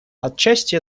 отчасти